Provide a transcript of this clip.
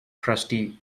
crusty